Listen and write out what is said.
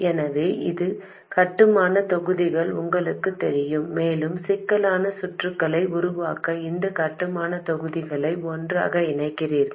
எனவே சில கட்டுமானத் தொகுதிகள் உங்களுக்குத் தெரியும் மேலும் சிக்கலான சுற்றுகளை உருவாக்க அந்தக் கட்டுமானத் தொகுதிகளை ஒன்றாக இணைக்கிறீர்கள்